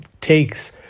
takes